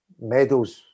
medals